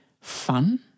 fun